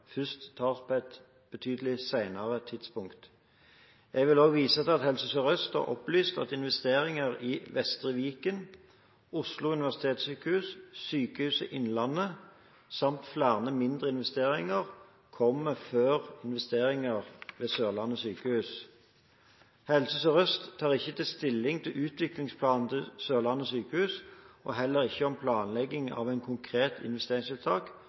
først tas på et betydelig senere tidspunkt. Jeg vil også vise til at Helse Sør-Øst har opplyst at investeringer i Vestre Viken, Oslo universitetssykehus, Sykehuset Innlandet samt flere mindre investeringer kommer før investeringer ved Sørlandet sykehus. Helse Sør-Øst tar ikke stilling til utviklingsplanen til Sørlandet sykehus og heller ikke planleggingen av et konkret investeringstiltak,